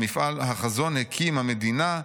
החזון הקים המדינה,